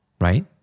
right